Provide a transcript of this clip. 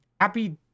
happy